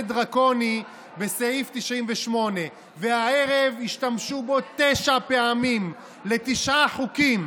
דרקוני בסעיף 98. הערב השתמשו בו תשע פעמים לתשעה חוקים.